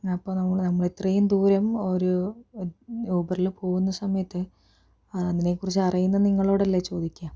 അപ്പോൾ നമ്മൾ ഇത്രയും ദൂരം ഒരു ഊബറില് പോകുന്ന സമയത്ത് അതിനെക്കുറിച്ച് അറിയുന്ന നിങ്ങളോടല്ലേ ചോദിക്കുക